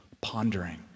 pondering